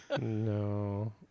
No